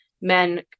men